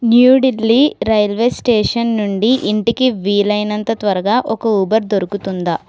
new Delhi railway station నుండి ఇంటికి వీలైనంత త్వరగా ఒక ఊబర్ దొరుకుతుందా